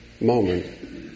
moment